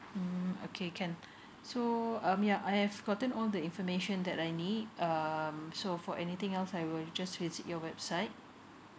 mm okay can so um ya I have gotten all the information that I need um so for anything else I will just visit your website